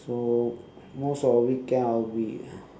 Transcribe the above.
so most of the weekend I'll be